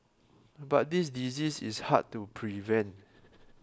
but this disease is hard to prevent